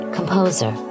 Composer